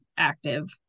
active